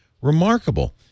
remarkable